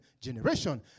generation